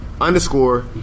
Underscore